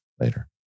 later